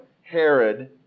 Herod